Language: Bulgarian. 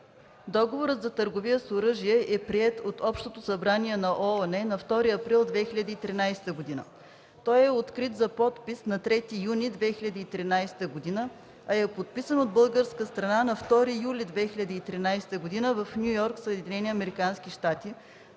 Договорът за търговията с оръжие е приет от Общото събрание на ООН на 2 април 2013 г. Той е открит за подпис на 3 юни 2013 г., а е подписан от българска страна на 2 юли 2013 г. в Ню Йорк, САЩ, при условие